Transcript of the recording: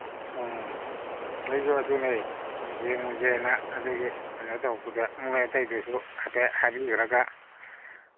ꯎꯝ ꯑꯩꯁꯨ ꯑꯗꯨꯅꯦ ꯌꯦꯡꯉꯨꯁꯦꯅ ꯑꯗꯨꯒꯤ ꯀꯩꯅꯣ ꯇꯧꯔꯛꯄꯗ ꯃꯣꯏ ꯑꯇꯩꯗꯁꯨ ꯍꯥꯏꯐꯦꯠ ꯍꯥꯏꯕꯤꯒ꯭ꯔꯒ